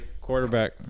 Quarterback